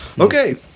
Okay